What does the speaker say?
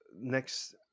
next